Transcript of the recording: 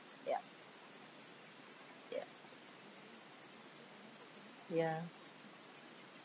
ya ya ya